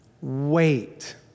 Wait